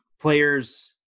players